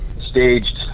staged